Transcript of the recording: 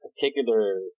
particular